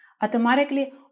Automatically